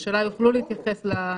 לאנשים שלא היו במגעים,